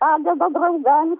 padeda draugams